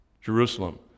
Jerusalem